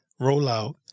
rollout